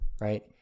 right